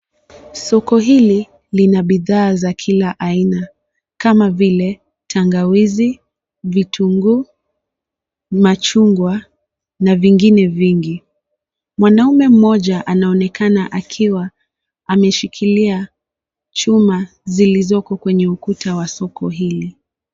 Soko hili lina bidhaa za kila aina kama vile tangawizi, vitunguu, machungwa na vingine vingi. Mwanaume mmoja anaonekana akiwa ameshikilia chuma zilizoko kwenye ukuta wa soko hili.